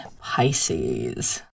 Pisces